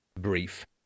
brief